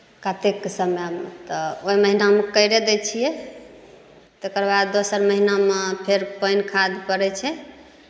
कातिकके समयमे तऽ ओहि महिनामे कैरि दै छियै तकर बाद दोसर महिनामे फेर पानि खाद परै छै